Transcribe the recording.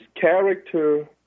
character